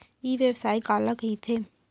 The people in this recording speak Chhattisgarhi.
ई व्यवसाय काला कहिथे?